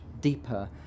deeper